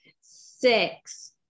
Six